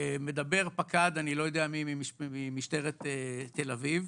מדבר פקד אני לא יודע מי ממשטרת תל אביב,